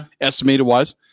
estimated-wise